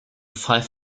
five